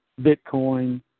Bitcoin